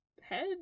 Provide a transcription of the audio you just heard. head